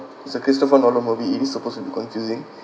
it's a christopher nolan movie it is supposed to be confusing